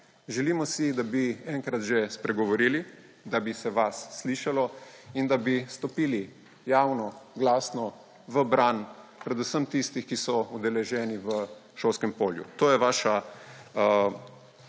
želimo si, da bi že enkrat spregovorili, da bi se vas slišalo in da bi stopili javno glasno v bran predvsem tistim, ki so udeleženi v šolskem polju. To je vaša